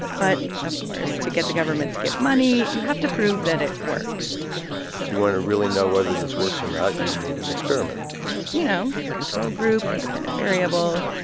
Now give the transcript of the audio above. but, of course, to get the government to give money, you have to prove that it works if you want to really know whether this works or not, you need an experiment you know, control group, independent variable.